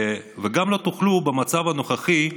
וגם לא תוכלו במצב הנוכחי,